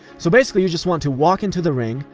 so basically you just want to walk into the ring,